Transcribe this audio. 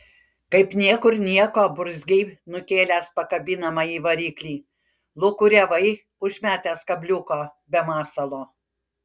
kaip niekur nieko burzgei nukėlęs pakabinamąjį variklį lūkuriavai užmetęs kabliuką be masalo